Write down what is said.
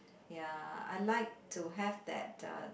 ya I like to have that the